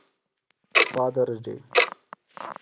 fathers day